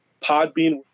Podbean